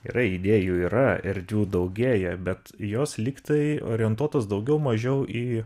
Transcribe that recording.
yra idėjų yra erdvių daugėja bet jos lyg tai orientuotos daugiau mažiau į